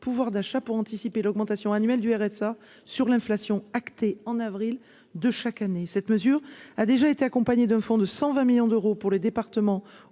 pouvoir d'achat pour anticiper l'augmentation annuelle du RSA sur l'inflation acté en avril de chaque année, cette mesure a déjà été accompagné d'un fonds de 120 millions d'euros pour les départements